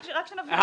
רק שנבין.